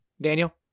Daniel